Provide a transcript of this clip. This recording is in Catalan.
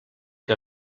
que